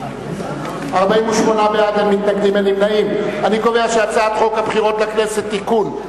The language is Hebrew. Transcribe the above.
להעביר את הצעת חוק הבחירות לכנסת (תיקון,